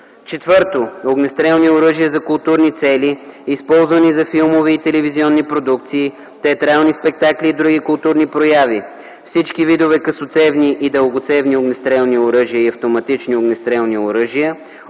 дейност; 4. огнестрелни оръжия за културни цели, използвани за филмови и телевизионни продукции, театрални спектакли и други културни прояви – всички видове късоцевни и дългоцевни огнестрелни оръжия и автоматични огнестрелни оръжия,